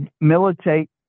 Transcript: militate